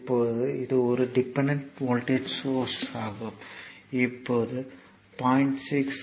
இப்போது இது ஒரு டிபெண்டன்ட் வோல்ட்டேஜ் சோர்ஸ் ஆகும் இப்போது இது 0